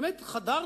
באמת חדרתי,